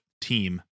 team